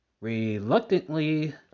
reluctantly